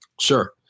Sure